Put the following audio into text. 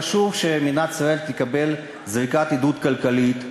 חשוב שמדינת ישראל תקבל זריקת עידוד כלכלית,